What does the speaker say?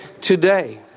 today